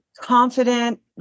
confident